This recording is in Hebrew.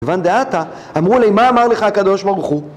לבן דעתה, אמרו לי, מה אמר לך הקדוש ברוך הוא?